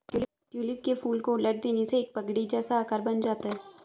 tulip के फूल को उलट देने से एक पगड़ी जैसा आकार बन जाता है